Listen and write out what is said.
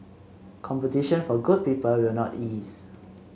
competition for good people will not ease